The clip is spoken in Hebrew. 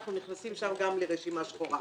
אנחנו נכנסים שם גם לרשימה שחורה.